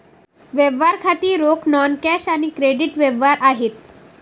व्यवहार खाती रोख, नॉन कॅश आणि क्रेडिट व्यवहार आहेत